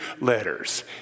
letters